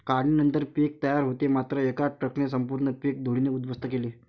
काढणीनंतर पीक तयार होते मात्र एका ट्रकने संपूर्ण पीक धुळीने उद्ध्वस्त केले